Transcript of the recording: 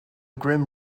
grim